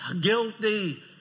Guilty